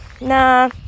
Nah